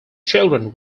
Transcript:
children